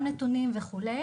גם נתונים וכו'.